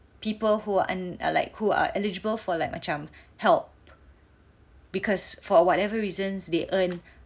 people who are en~ like who are eligible for like macam help because for whatever reasons they earn